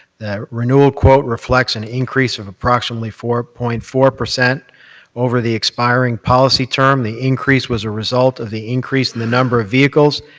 the renewal quote reflects an increase of approximately four point four over the expiring policy term. the increase was a result of the increase in the number of vehicles,